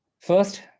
first